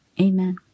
Amen